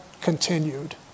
continued